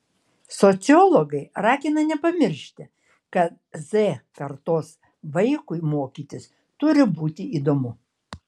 sociologai ragina nepamiršti kad z kartos vaikui mokytis turi būti įdomu